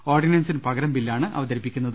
ഓർഡിനൻസിന് പകരം ബില്ലാണ് അവതരിപ്പിക്കുന്നത്